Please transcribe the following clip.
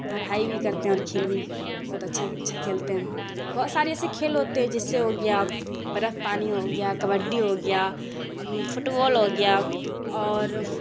پڑھائی بھی کرتے ہیں اور کھیل بھی بہت اچھا اچھا کھیلتے ہیں بہت سارے ایسے کھیل ہوتے ہے جس سے ہو گیا برف پانی ہو گیا کبڈی ہو گیا فٹ بال ہو گیا اور